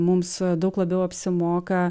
mums daug labiau apsimoka